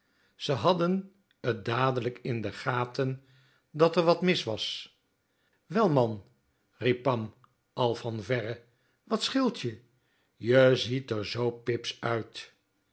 ze hadden t dadelijk in de gaten dat r wat mis was wel man riep pam al van verre wat scheelt je je ziet r zoo pips uit